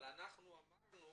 אבל אמרנו